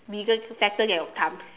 bigger fatter than your thumb